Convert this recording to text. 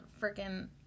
freaking